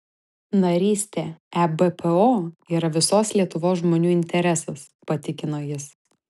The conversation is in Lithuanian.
narystė ebpo yra visos lietuvos žmonių interesas patikino jis